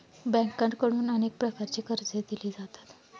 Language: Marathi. बँकांकडून अनेक प्रकारची कर्जे दिली जातात